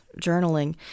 journaling